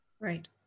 Right